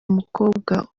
mukobwa